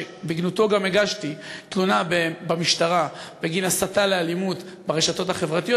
שבגנותו גם הגשתי תלונה במשטרה בגין הסתה לאלימות ברשתות החברתיות,